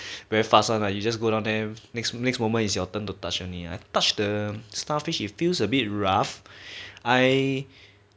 very fast lah like you just go down then next moment is your turn to touch only I touch the starfish it feels a bit rough I